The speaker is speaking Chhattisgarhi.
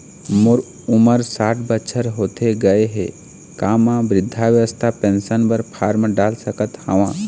मोर उमर साठ बछर होथे गए हे का म वृद्धावस्था पेंशन पर फार्म डाल सकत हंव?